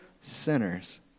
sinners